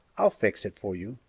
i'll fix it for you!